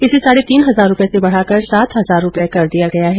इसे साढे तीन हजार रूपये से बढाकर सात हजार रूपये कर दिया गया है